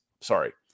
Sorry